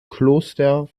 kloster